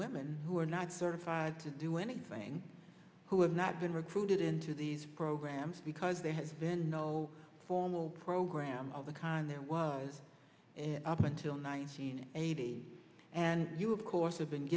women who are not certified to do anything who have not been recruited into these programs because there has been no formal program of the kind that was up until nine hundred eighty and you of course have been